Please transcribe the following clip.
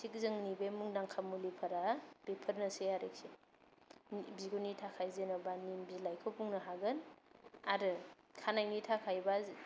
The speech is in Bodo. थिग जोंनि बे मुंदांखा मुलिफोरा बेफोरनोसै आरोखि बिगुरनि थाखाय जेन'बा निम बिलाइखौ बुंनो हागोन आरो खानायनि थाखायबा